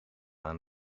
aan